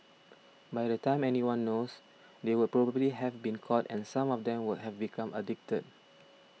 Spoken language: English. by the time anyone knows they would probably have been caught and some of them would have become addicted